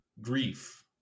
grief